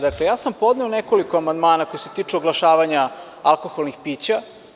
Dakle, ja sam podneo nekoliko amandmana koji se tiču oglašavanja alkoholnih pića.